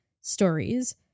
stories